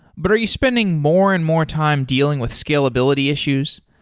but are you spending more and more time dealing with scalability issues?